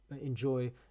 enjoy